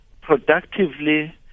productively